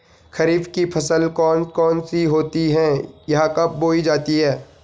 खरीफ की फसल कौन कौन सी होती हैं यह कब बोई जाती हैं?